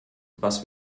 was